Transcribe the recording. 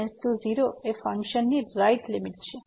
x→0 એ ફંક્શનની right limit છે